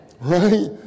Right